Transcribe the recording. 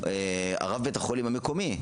רב בית החולים המקומי,